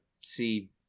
see